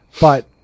but-